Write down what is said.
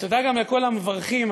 תודה גם לכל המברכים,